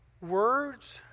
words